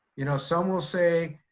you know some will say